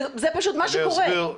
זה פשוט מה שקורה.